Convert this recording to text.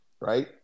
right